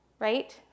right